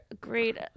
great